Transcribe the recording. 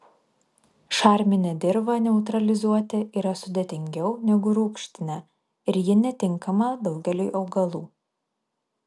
šarminę dirvą neutralizuoti yra sudėtingiau negu rūgštinę ir ji netinkama daugeliui augalų